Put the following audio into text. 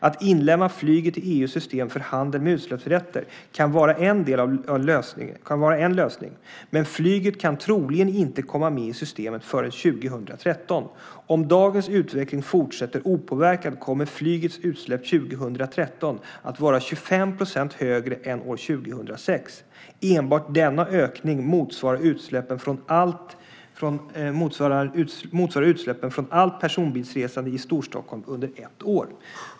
Att inlemma flyget i EU:s system för handel med utsläppsrätter kan vara en del av en lösning. Men flyget kan troligen inte komma med i systemet förrän 2013. Om dagens utveckling fortsätter opåverkad kommer flygets utsläpp år 2013 att vara 25 procent högre än år 2006. Enbart denna ökning motsvarar utsläppen från motsvarande utsläpp från allt personbilsresande i Storstockholm under ett år."